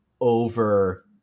over